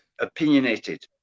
Opinionated